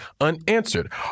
unanswered